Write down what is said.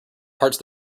parts